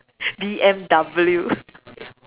B_M_W